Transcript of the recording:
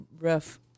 rough